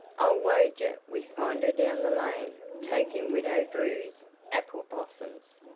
i'll wager we find her down the lane taking widow drew's apple blossoms,